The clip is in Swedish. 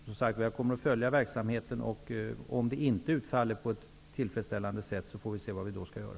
Som sagt kommer jag att följa verksamheten. Om det inte utfaller på ett tillfredsställande sätt får vi se vad vi då skall göra.